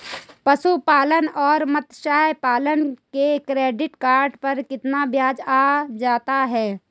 पशुपालन और मत्स्य पालन के क्रेडिट कार्ड पर कितना ब्याज आ जाता है?